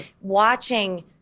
watching